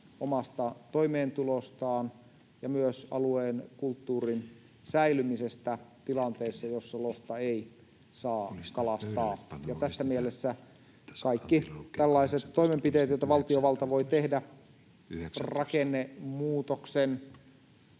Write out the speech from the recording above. omasta toimeentulostaan ja myös alueen kulttuurin säilymisestä tilanteessa, jossa lohta ei saa kalastaa. Ja tässä mielessä kaikki tällaiset toimenpiteet, joita valtiovalta voi tehdä sen äkillisen